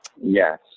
Yes